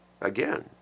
Again